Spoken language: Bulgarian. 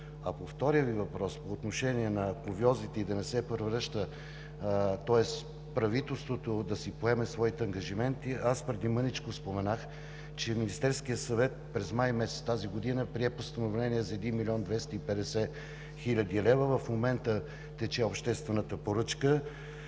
На втория Ви въпрос по отношение на кувьозите и правителството да си поеме своите ангажименти, аз преди мъничко споменах, че Министерският съвет през месец май тази година прие с постановление за 1 млн. 250 хил. лв., в момента тече обществената поръчка